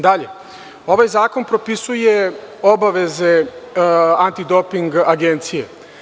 Dalje, ovaj zakon propisuje obaveze Antidoping agencije.